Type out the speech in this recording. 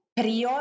Prior